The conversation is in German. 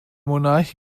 monarch